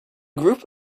group